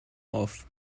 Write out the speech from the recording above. auf